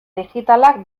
digitalak